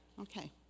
Okay